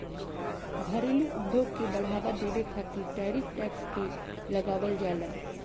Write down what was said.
घरेलू उद्योग के बढ़ावा देबे खातिर टैरिफ टैक्स के लगावल जाला